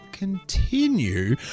continue